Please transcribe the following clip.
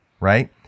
right